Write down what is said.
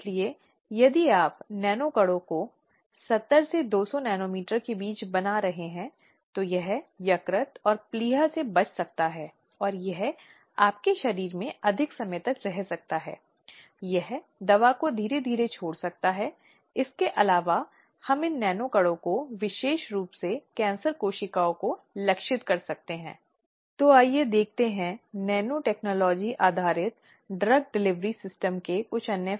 इसलिए यदि वह छुट्टी पर जाना चाहती है या यदि वह चाहती है कि उत्पीड़न स्थानांतरित हो गया है तो उसे यह सुनिश्चित करने के लिए आवश्यक सुरक्षा प्रदान की जानी चाहिए कि वह इस प्रक्रिया में आगे पीड़ित नहीं है और उसकी सुरक्षा संगठन की सबसे अधिक चिंता का विषय है